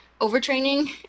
overtraining